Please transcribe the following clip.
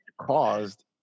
caused